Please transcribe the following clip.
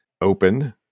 open